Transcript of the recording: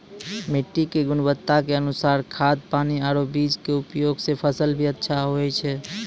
मिट्टी के गुणवत्ता के अनुसार खाद, पानी आरो बीज के उपयोग सॅ फसल भी अच्छा होय छै